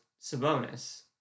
Sabonis